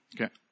Okay